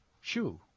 shoe